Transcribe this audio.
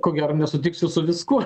ko gero nesutiksiu su viskuo